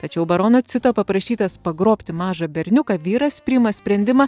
tačiau barono cito paprašytas pagrobti mažą berniuką vyras priima sprendimą